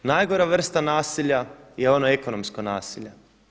Najgora vrsta nasilja je ono ekonomsko nasilje.